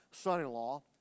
son-in-law